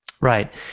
Right